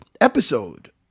episode